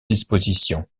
dispositions